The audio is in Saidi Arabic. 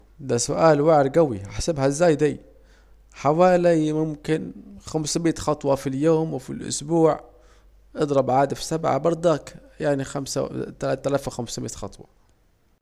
ده سؤال واعر جوي، احسبها ازاي ديه، حوالي خمسميت خطوة في اليوم في الأسبوع اضرب عاد في سبعة برضك يعني تلاتلاف وخمسمية خطوة